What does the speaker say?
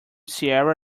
sierra